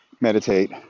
meditate